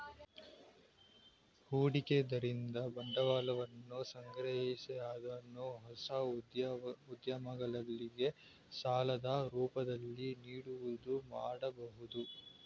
ಹೂಡಿಕೆದಾರರಿಂದ ಬಂಡವಾಳವನ್ನು ಸಂಗ್ರಹಿಸಿ ಅದನ್ನು ಹೊಸ ಉದ್ಯಮಗಳಿಗೆ ಸಾಲದ ರೂಪದಲ್ಲಿ ನೀಡುವುದು ಮಾಡಬಹುದು